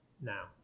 Now